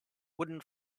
wooden